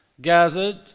gathered